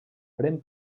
pren